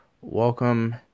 Welcome